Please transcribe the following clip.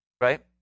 right